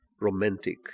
romantic